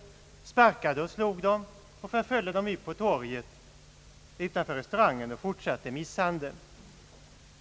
Han sparkade och slog dem och förföljde dem ut på torget utanför restaurangen, där han fortsatte misshandeln.